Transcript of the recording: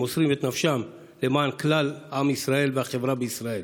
שמוסרים את נפשם למען כלל עם ישראל והחברה בישראל,